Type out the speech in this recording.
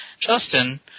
Justin